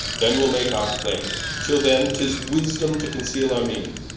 then wee'le make our clayme till then, tis wisdome to conceale our meaning